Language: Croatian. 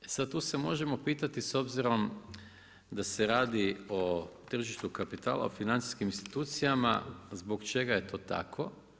E sada tu se možemo pitati s obzirom da se radi o tržištu kapitala, o financijskim institucijama zbog čega je to tako.